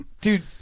dude